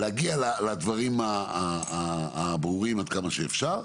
להגיע לדברים הברורים, עד כמה שאפשר,